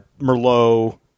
Merlot